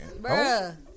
Bruh